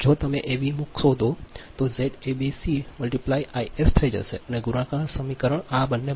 જો તમે એ વી મૂકી દો તો ઝૅએબીસી Is થઈ જશે ગુણાકાર સમીકરણ આ બંને બાજુ